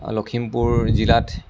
আ লখিমপুৰ জিলাত